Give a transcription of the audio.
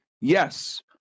Yes